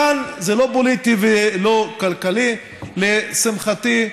כאן זה לא פוליטי ולא כלכלי, לשמחתי.